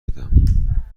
بدهم